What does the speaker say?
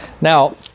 Now